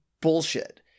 bullshit